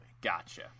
gotcha